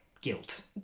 guilt